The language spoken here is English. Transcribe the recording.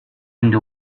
into